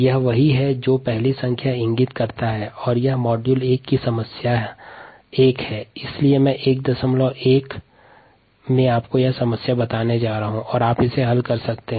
यह मॉड्यूल 1 की समस्या 11 है